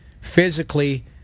physically